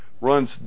runs